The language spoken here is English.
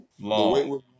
long